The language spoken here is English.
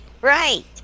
Right